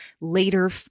later